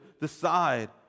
decide